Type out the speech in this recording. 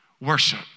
Worship